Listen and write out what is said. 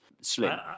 slim